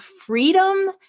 freedom